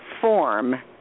form